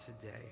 today